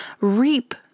reap